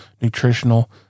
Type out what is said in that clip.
nutritional